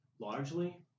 largely